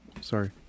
Sorry